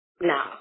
no